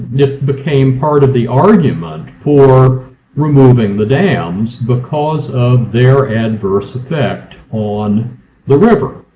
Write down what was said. it became part of the argument for removing the dams because of their adverse effect on the river.